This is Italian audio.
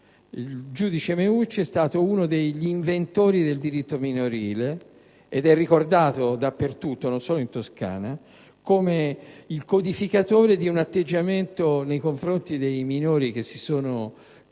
al giudice Meucci che è stato uno degli inventori del diritto minorile. Egli è ricordato dappertutto, non solo in Toscana, come il codificatore di un atteggiamento nei confronti dei minori che si sono